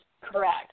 correct